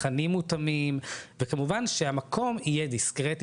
תכנים מותאמים וכמובן שהמקום יהיה דיסקרטי